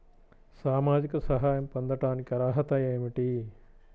సామాజిక సహాయం పొందటానికి అర్హత ఏమిటి?